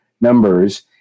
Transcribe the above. numbers